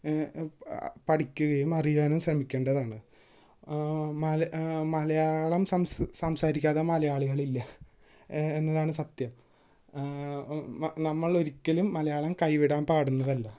പഠിക്കുകയും അറിയാനും ശ്രമിക്കേണ്ടതാണ് മലയാളം സംസാരിക്കാതെ മലയാളികളില്ല എന്നതാണ് സത്യം നമ്മള് ഒരിക്കലും മലയാളം കൈവിടാന് പാടുള്ളതല്ല